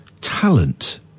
Talent